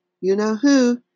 you-know-who